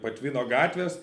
patvino gatvės